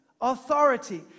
authority